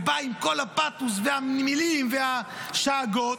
ובאה עם כל הפתוס והמילים והשאגות,